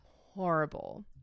horrible